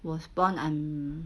was born I'm